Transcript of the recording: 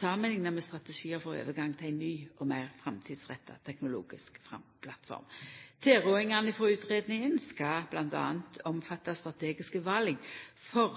samanlikna med strategiar for overgang til ei ny og meir framtidsretta teknologisk plattform. Tilrådingane frå utgreiinga skal m.a. omfatta strategiske val for